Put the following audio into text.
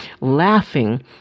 laughing